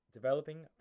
developing